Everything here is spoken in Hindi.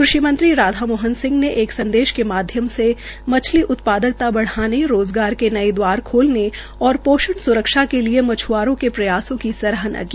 कृषि मंत्री राधा मोहन सिह ने एक संदेश के माध्यम से मछली उत्पादकता बढ़ाने रोज़गार के नये दवार खोलने और पोषण स्रक्षा के लिए मछ्आरों के प्रयासों की सराहना की